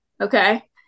Okay